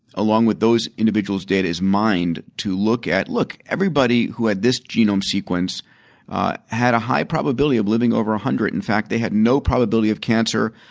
along with those individuals' data, is mined to look at look, everybody who had this genome sequence had a high probability of living over one hundred. in fact, they had no probability of cancer,